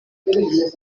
rue